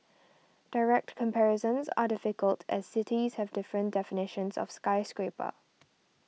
direct comparisons are difficult as cities have different definitions of skyscraper